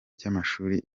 cy’amashuri